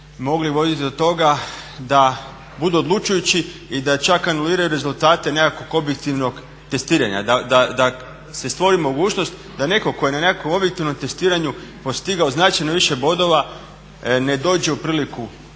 mogli voditi do toga da budu odlučujući i da čak anuliraju rezultate nekakvog objektivnog testiranja, da se stvori mogućnost da netko tko je na nekakvom objektivnom testiranju postigao značajno više bodova ne dođe u priliku